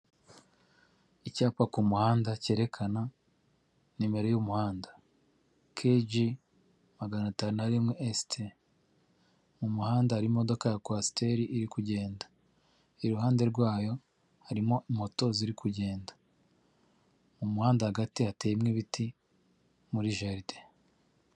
Icyapa ku muhanda cyerekana nimero y'umuhanda, keji magana tanu nari rimwe esiti, mu muhanda hari imodoka ya kwasiteri iri kugenda, iruhande rwayo harimo moto ziri kugenda, mu muhanda hagati hateyemo ibiti muri jaride.